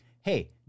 hey